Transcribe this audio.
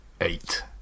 eight